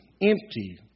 empty